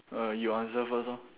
uh you answer first lor